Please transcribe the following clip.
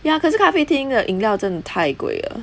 ya 可是咖啡厅的饮料真的太贵了